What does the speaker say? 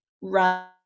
run